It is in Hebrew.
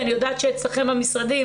אני יודעת שאצלכם במשרדים